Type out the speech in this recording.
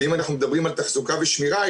אם אנחנו מדברים על תחזוקה ושמירה,